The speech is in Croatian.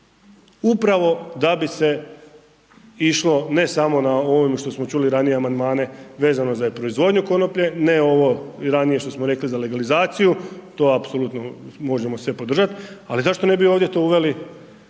upravo da bi se išlo ne samo na ovim što smo čuli ranije amandmane, vezano za proizvodnju konoplje, ne ovo ranije što smo rekli za legalizaciju, to apsolutno možemo sve podržat, ali zašto ne bi ovdje to uveli